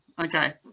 Okay